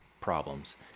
problems